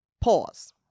Pause